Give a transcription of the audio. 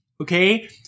Okay